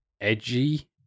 edgy